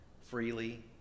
freely